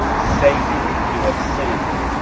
saying, we have sinned,